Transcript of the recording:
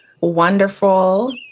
wonderful